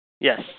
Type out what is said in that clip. Yes